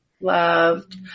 Loved